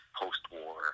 post-war